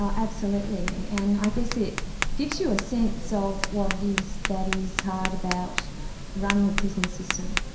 um absolutely, and i guess it gives you a sense so of what it is that is hard about running a prison system.